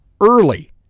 early